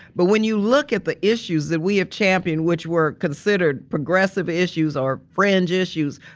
but when you look at the issues that we have championed, which were considered progressive issues or fringe issues,